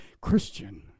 Christian